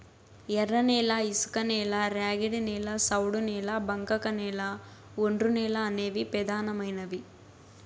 ఎర్రనేల, ఇసుకనేల, ర్యాగిడి నేల, సౌడు నేల, బంకకనేల, ఒండ్రునేల అనేవి పెదానమైనవి